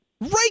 Right